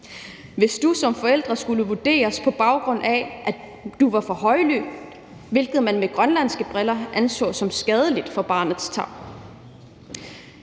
hvis du som forælder skulle vurderes på, om du var for højlydt, hvilket man set med grønlandske briller ville anse som skadeligt for barnets tarv.